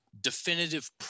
definitive